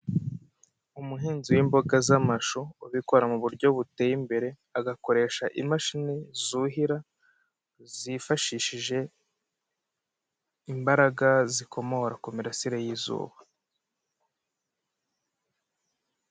Umuhinzi w'imboga z'amashu ubikora mu buryo buteye imbere agakoresha imashini zuhira zifashishije imbaraga zikomora ku mirasire y'izuba.